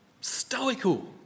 stoical